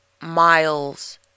Miles